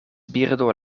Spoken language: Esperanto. birdo